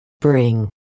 bring